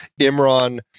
Imran